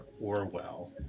Orwell